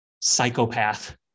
psychopath